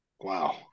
Wow